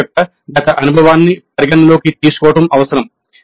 institute యొక్క గత అనుభవాన్ని పరిగణనలోకి తీసుకోవడం అవసరం